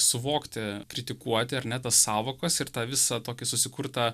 suvokti kritikuoti ar ne tas sąvokas ir tą visą tokį susikurtą